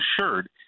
assured